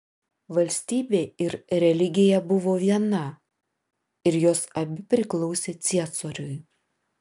valstybė ir religija buvo viena ir jos abi priklausė ciesoriui